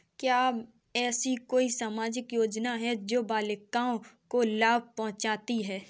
क्या ऐसी कोई सामाजिक योजनाएँ हैं जो बालिकाओं को लाभ पहुँचाती हैं?